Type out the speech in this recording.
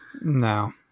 No